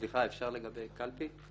סליחה, אפשר לגבי קלפי?